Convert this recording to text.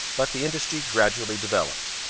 but the industry gradually developed.